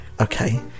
okay